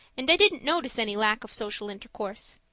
and i didn't notice any lack of social intercourse.